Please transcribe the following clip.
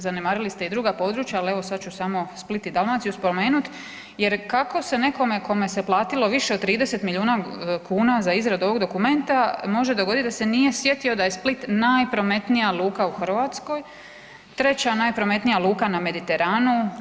Zanemarili ste i druga područja, ali evo sad ću samo Split i Dalmaciju spomenuti, jer kako se nekome kome se platilo više od 30 milijuna kuna za izradu ovog dokumenta može dogoditi da se nije sjetio da je Split najprometnija luka u Hrvatskoj, treća najprometnija luka na Mediteranu.